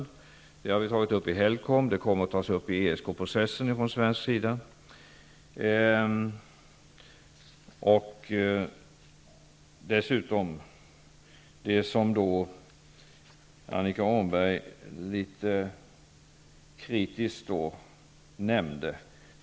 Detta har vi tagit upp i HELCOM och det kommer att från svensk sida tas upp i ESK-processen. Vi har dessutom frågan om kloret, som Annika Åhnberg litet kritiskt nämnde.